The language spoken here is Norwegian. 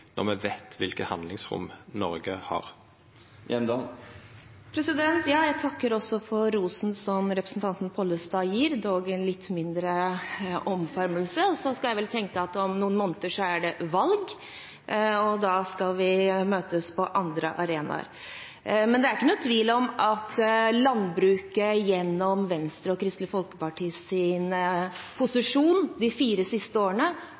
når me veit kva handlingsrom Noreg har? Jeg takker også for rosen representanten Pollestad gir, dog i en litt mindre omfavnelse. Jeg skal vel tenke at om noen måneder er det valg, og da skal vi møtes på andre arenaer. Det er ikke noen tvil om at landbruket gjennom Venstres og Kristelig Folkepartis posisjon de fire siste årene